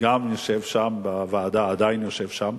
גם יושב שם בוועדה, עדיין יושב שם,